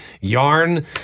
yarn